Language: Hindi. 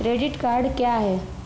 क्रेडिट कार्ड क्या है?